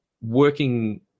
working